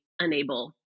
unable